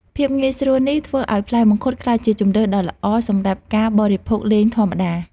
ភាពងាយស្រួលនេះធ្វើឲ្យផ្លែមង្ឃុតក្លាយជាជម្រើសដ៏ល្អសម្រាប់ការបរិភោគលេងធម្មតា។